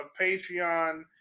Patreon